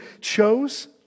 chose